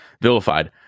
vilified